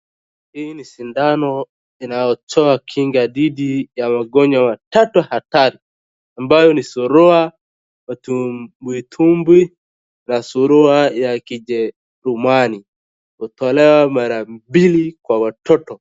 Hii ni sindano inayotoa kinga dhidi ya magonjwa tatu hatari, ambayo ni surua, matumbwitumbwi na surua ya kijerumani. Hutolewa mara mbili kwa watoto.